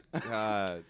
God